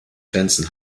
grenzen